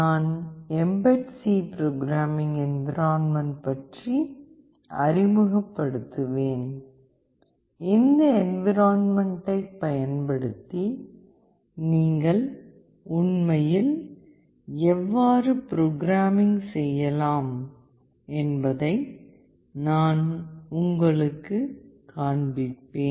நான் embed C programming environment பற்றி அறிமுகப்படுத்துவேன் இந்த என்விரான்மென்ட்டைப் பயன்படுத்தி நீங்கள் உண்மையில் எவ்வாறு புரோகிராமிங் செய்யலாம் என்பதை நான் உங்களுக்குக் காண்பிப்பேன்